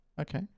Okay